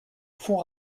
fond